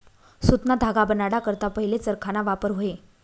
सुतना धागा बनाडा करता पहिले चरखाना वापर व्हये